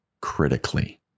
critically